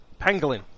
Pangolin